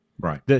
Right